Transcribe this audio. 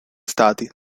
stati